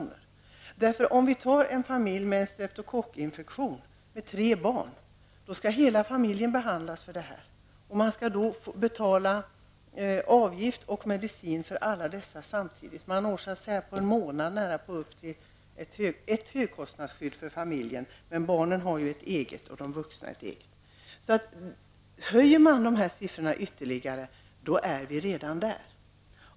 Ta t.ex. en familj med tre barn, där man får en streptokockinfektion! Om hela familjen skall behandlas, får man betala avgift och medicin för alla samtidigt. Man når så att säga på en månad nära nog upp till högkostnadsskydd för familjen -- det är bara det att barnen har ett eget sådant och de vuxna ett annat. Höjer man ytterligare dessa kostnader kommer man upp för högt.